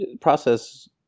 process